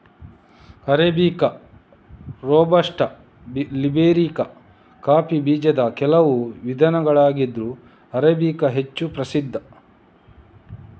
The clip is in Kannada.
ಅರೇಬಿಕಾ, ರೋಬಸ್ಟಾ, ಲಿಬೇರಿಕಾ ಕಾಫಿ ಬೀಜದ ಕೆಲವು ವಿಧಗಳಾಗಿದ್ರೂ ಅರೇಬಿಕಾ ಹೆಚ್ಚು ಪ್ರಸಿದ್ಧ